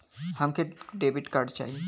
हमके debit card चाही?